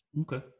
Okay